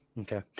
Okay